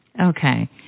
Okay